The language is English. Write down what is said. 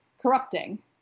corrupting